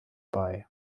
bei